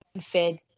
fed